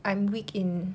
I'm weak in